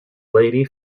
lady